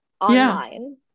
online